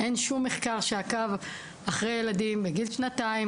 אין שום מחקר שעקב אחרי ילדים בגיל שנתיים,